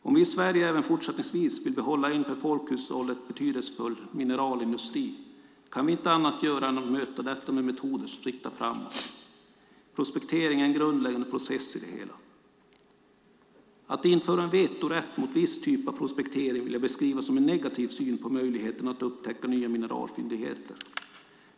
Om vi i Sverige även fortsättningsvis vill behålla en för folkhushållet betydelsefull mineralindustri kan vi inte annat göra än möta detta med metoder som siktar framåt. Prospektering är en grundläggande process i det hela. Att införa en vetorätt mot en viss typ av prospektering vill jag beskriva som en negativ syn på möjligheterna att upptäcka nya mineralfyndigheter.